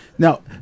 Now